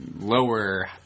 lower